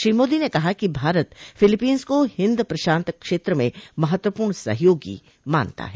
श्री मोदी ने कहा कि भारत फिलीपींस को हिंद प्रशांत क्षेत्र में महत्वपूर्ण सहयोगी मानता है